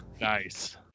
Nice